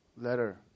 Letter